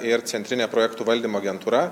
ir centrinė projektų valdymo agentūra